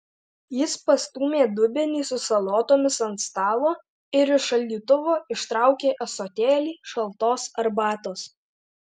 jis pastūmė dubenį su salotoms ant stalo ir iš šaldytuvo ištraukė ąsotėlį šaltos arbatos